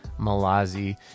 malazi